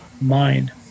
mind